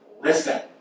listen